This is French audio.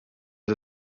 aux